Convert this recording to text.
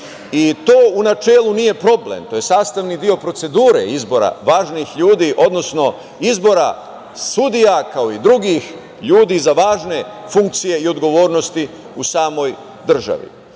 u načelu nije problem. To je sastavni deo procedure izbora važnih ljudi, odnosno izbora sudija, kao i drugih ljudi za važne funkcije i odgovornosti u samoj državi.